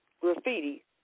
graffiti